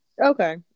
Okay